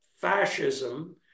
fascism